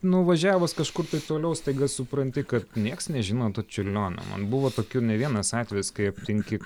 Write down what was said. nuvažiavus kažkur tai toliau staiga supranti kad nieks nežino to čiurlionio man buvo tokių ne vienas atvejis kai aptinki